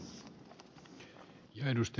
arvoisa puhemies